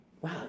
wow